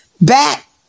back